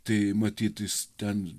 tai matyt jis ten